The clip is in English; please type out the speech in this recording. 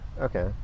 okay